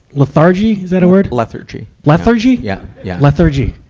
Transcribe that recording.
lethargy, is that a word? lethargy. lethargy? yeah, yeah. lethargy.